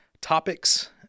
topics